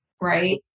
right